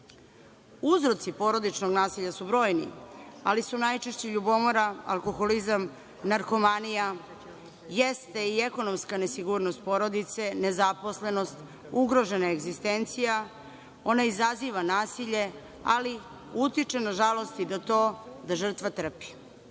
Uzroci porodičnog nasilja su brojni, ali su najčešće ljubomora, alkoholizam, narkomanija, jeste i ekonomska nesigurnost porodice, nezaposlenost, ugrožena egzistencija, ona izaziva nasilje, ali utiče, nažalost, i na to da žrtva